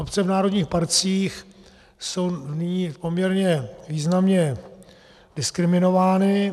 Obce v národních parcích jsou nyní poměrně významně diskriminovány.